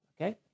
Okay